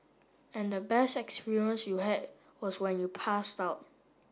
and the best experience you had was when you passed out